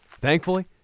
Thankfully